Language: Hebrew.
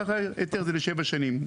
ככה היתר זה לשבע שנים.